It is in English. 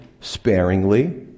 sparingly